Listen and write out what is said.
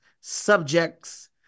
subjects